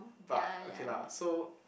but okay lah so